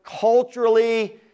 culturally